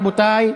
רבותי,